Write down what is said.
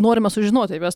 norime sužinoti apie juos